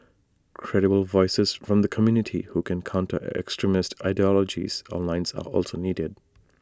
credible voices from the community who can counter extremist ideologies online are also needed